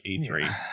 E3